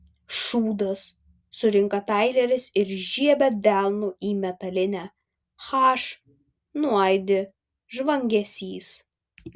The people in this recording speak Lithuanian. šūdas surinka taileris ir žiebia delnu į metalinę h nuaidi žvangesys